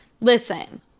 Listen